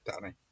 Danny